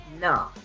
No